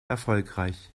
erfolgreich